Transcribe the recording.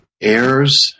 Heirs